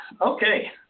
Okay